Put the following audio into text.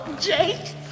Jake